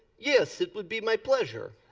yes, it would be my pleasure.